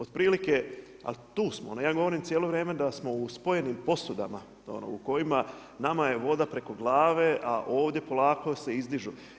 Otprilike, ali tu smo, ja govorim cijelo vrijeme da smo u spojenim posudama u kojima nama je voda preko glave a ovdje polako se izdižu.